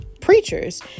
preachers